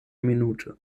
minute